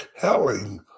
telling